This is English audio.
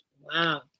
Wow